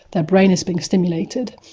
their brain is being stimulated.